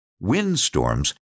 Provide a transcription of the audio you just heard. windstorms